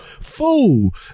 Fool